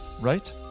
right